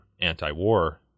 anti-war